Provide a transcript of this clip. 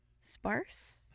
sparse